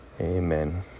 Amen